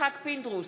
יצחק פינדרוס,